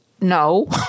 No